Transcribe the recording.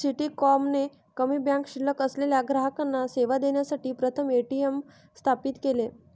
Citicorp ने कमी bank शिल्लक असलेल्या ग्राहकांना सेवा देण्यासाठी प्रथम ए.टी.एम स्थापित केले